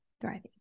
Thriving